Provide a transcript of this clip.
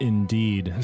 Indeed